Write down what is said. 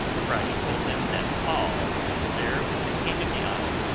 friday told them that paul was there with the king of the isle,